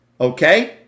Okay